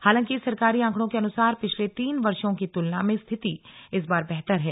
हालांकि सरकारी आंकड़ों के अनुसार पिछले तीन वर्षों की तुलना में स्थिति इस बार बेहतर है